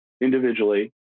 individually